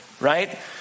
right